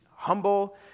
Humble